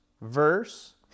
verse